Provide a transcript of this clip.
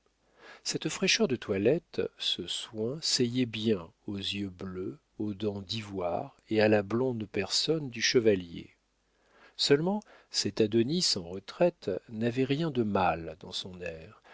cette fraîcheur de toilette ce soin seyait bien aux yeux bleus aux dents d'ivoire et à la blonde personne du chevalier seulement cet adonis en retraite n'avait rien de mâle dans son air